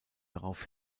darauf